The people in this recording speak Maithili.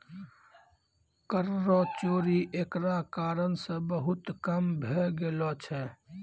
कर रो चोरी एकरा कारण से बहुत कम भै गेलो छै